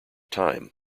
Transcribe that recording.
time